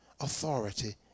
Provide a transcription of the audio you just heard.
authority